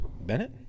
Bennett